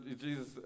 Jesus